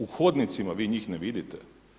U hodnicima vi njih ne vidite.